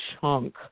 chunk